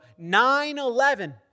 9-11